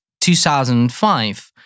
2005